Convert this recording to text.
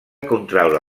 contraure